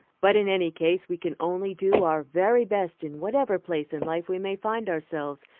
but in any case we can only do our very best in whatever place in life we may find ourselves,